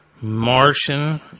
Martian